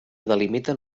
delimiten